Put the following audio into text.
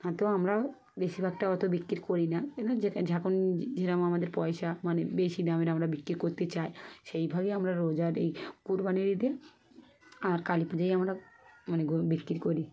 হ্যাঁ তো আমরা বেশিরভাগটা অত বিক্রি করি না কিন্তু যখন যেরকম আমাদের পয়সা মানে বেশি দামের আমরা বিক্রি করতে চাই সেইভাবেই আমরা রোজার এই কুরবানির ঈদে আর কালী পুজোয় আমরা মানে গো বিক্রি করি